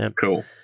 Cool